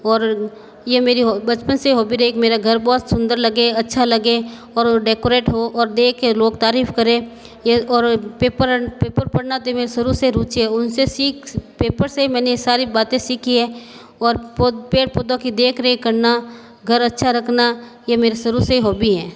और यह मेरी हो बचपन से हॉबी रही कि मेरा घर बहुत सुंदर लगे अच्छा लगे और डेकोरेट हो और देख कर लोग तारीफ़ करें यह और पेपर एंड पेपर पढ़ना यह मेरा शुरू से रूचि है उनसे सीख पेपर से मैंने सारी बातें सीखी है और बहुत पेड़ पौधों की देखरेख करना घर अच्छा रखना यह मेरे शुरू से हॉबी है